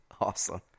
Awesome